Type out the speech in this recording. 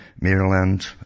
Maryland